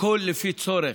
הכול לפי צורך: